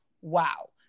wow